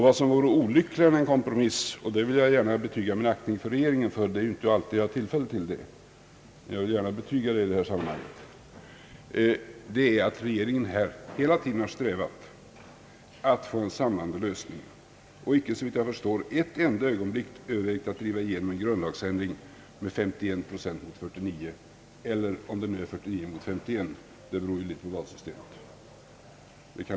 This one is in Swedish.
Jag vill i detta sammanhang uttrycka min aktning för regeringen — vilket jag inte så ofta har tillfälle att göra — för att den icke såvitt jag förstår ett enda ögonblick övervägt att driva igenom en grundlagsförändring med 51 procent mot 49, eller om det skulle bliva 49 mot 51 — det beror ju på valsystemet.